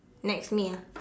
next me ah